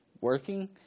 Working